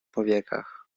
powiekach